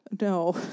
No